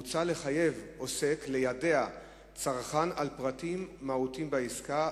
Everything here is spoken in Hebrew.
מוצע לחייב עוסק ליידע צרכן על פרטים מהותיים בעסקה,